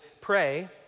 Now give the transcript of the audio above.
pray